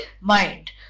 mind